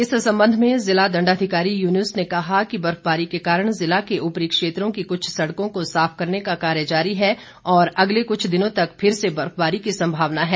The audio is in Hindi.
इस संबंध में जिला दंडाधिकारी यूनुस ने कहा कि बर्फबारी के कारण जिला के ऊपरी क्षेत्रों की कुछ सड़कों को साफ करने का कार्य जारी है और अगले कुछ दिनों तक फिर से बर्फबारी की संभावना है